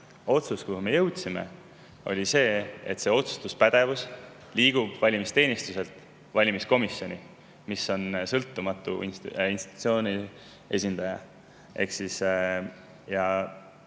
otsus, milleni me jõudsime, oli see, et otsustuspädevus liigub valimisteenistuselt valimiskomisjoni, kus on sõltumatute institutsioonide esindajad.